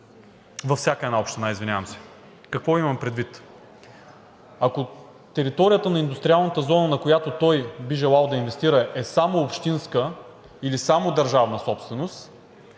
във всяка една община. Какво имам предвид? Ако територията на индустриалната зона, на която той би желал да инвестира, е само общинска или само държавна собственост,